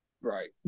Right